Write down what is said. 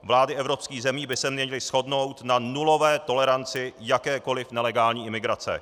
Vlády evropských zemí by se měly shodnout na nulové toleranci jakékoliv nelegální imigrace.